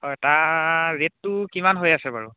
হয় তাৰ ৰে'টটো কিমান হৈ আছে বাৰু